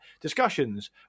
discussions